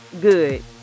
Good